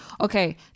Okay